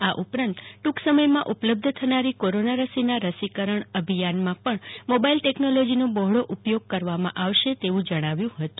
આ ઉપરાંત ટૂંક સમયમાં ઉપલબ્ધ થનારી કોરોના રસી રસીકરણ અભિયાનમાં પણ મોબાઈલ ટેકનોલોજીનો બહોળો ઉપયોગ કરવામાં આવશે તો જણાવ્યું હતું